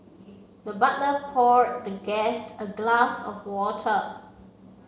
the butler pour the guest a glass of water